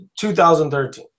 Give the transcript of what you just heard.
2013